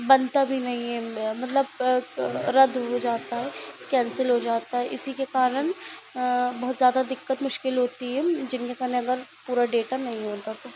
बनता भी नहीं है यह मतलब रद्द हो जाता है कैंसिल हो जाता है इसी के कारण बहुत ज़्यादा दिक्कत मुश्किल होती जिनके कने अगर पूरा डेटा नहीं होता तो